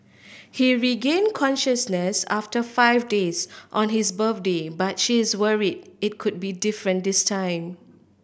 he regained consciousness after five days on his birthday but she's worried it could be different this time